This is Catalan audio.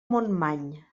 montmany